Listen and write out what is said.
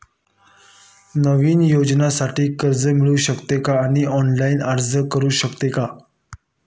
नवीन व्यवसायासाठी कर्ज मिळू शकते का आणि ऑनलाइन अर्ज करू शकतो का?